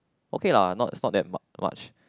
okay lah not it's not that much